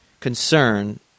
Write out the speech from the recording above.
concern